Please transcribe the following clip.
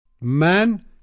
Man